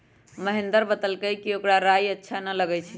महेंदर बतलकई कि ओकरा राइ अच्छा न लगई छई